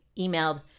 emailed